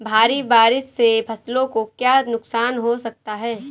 भारी बारिश से फसलों को क्या नुकसान हो सकता है?